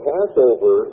Passover